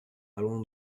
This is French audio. allons